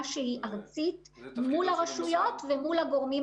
מול הרשויות ומול הגורמים